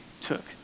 took